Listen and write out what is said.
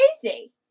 crazy